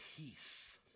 peace